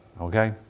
okay